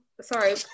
sorry